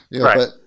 Right